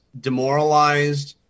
demoralized